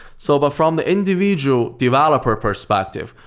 so but from the individual developer perspective,